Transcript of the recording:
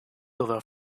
over